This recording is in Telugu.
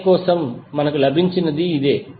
Ra కోసం మనకు లభించినది ఇదే